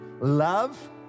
love